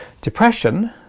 Depression